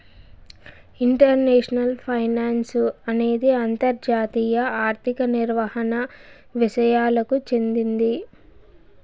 international finance అనేది అంతర్జాతీయ ఆర్థిక నిర్వహణ విసయాలకు చెందింది